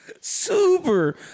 Super